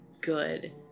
good